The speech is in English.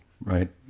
right